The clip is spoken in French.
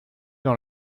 dans